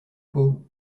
pot